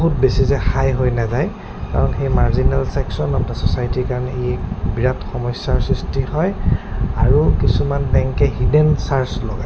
বহুত বেছি যে হাই হৈ নাযায় কাৰণ সেই মাৰ্জিনেল চেকশ্যন অফ দা চ'চাইটিৰ কাৰণে ই বিৰাট সমস্যাৰ সৃষ্টি হয় আৰু কিছুমান বেংকে হিডেন চাৰ্জ লগায়